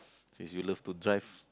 since you love to drive